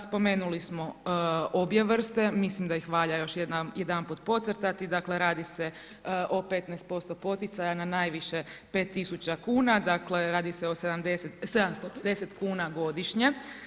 Spomenuli smo obje vrste, mislim da ih valja još jedanput podcrtati, dakle radi se o 15% poticaja na najviše 5 tisuća kuna, dakle radi se o 750 kuna godišnje.